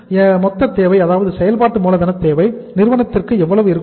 எனவே மொத்த தேவை அதாவது செயல்பாட்டு மூலதன தேவை நிறுவனத்திற்கு எவ்வளவாக இருக்கும்